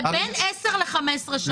זה בין 10 ל-15 שנים.